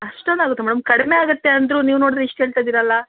ಅಷ್ಟೊಂದು ಆಗುತ್ತಾ ಮೇಡಮ್ ಕಡಿಮೆ ಆಗತ್ತೆ ಅಂದರು ನೀವು ನೋಡಿದ್ರೆ ಇಷ್ಟು ಹೇಳ್ತಾ ಇದ್ದೀರಲ್ಲ